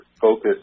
focus